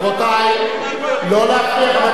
רבותי, לא להפריע.